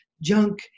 junk